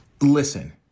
listen